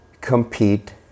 compete